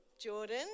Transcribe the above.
Jordan